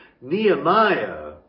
Nehemiah